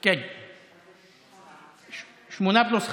ינון, אבוטבול, בוסו,